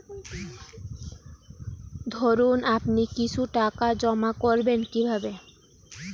ধরুন আপনি কিছু টাকা জমা করবেন কিভাবে?